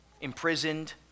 imprisoned